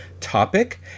topic